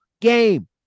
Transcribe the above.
game